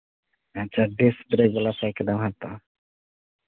ᱟᱪᱪᱷᱟ disc brake ᱵᱟᱞᱟ ᱥᱟᱭᱠᱮᱞᱮᱢ ᱦᱟᱛᱟᱣᱟ